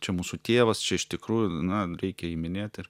čia mūsų tėvas čia iš tikrųjų na reikia jį minėt ir